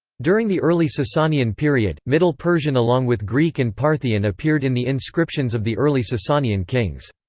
during the early sasanian period, middle persian along with greek and parthian appeared in the inscriptions of the early sasanian kings.